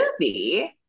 movie